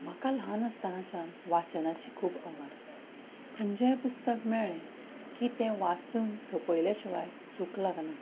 म्हाका ल्हान आसतनाच्यान वाचनाची खूब आवड खंयचेंय पुस्तक मेळ्ळें की तें वाचून सोंपयल्या शिवाय सुख लागना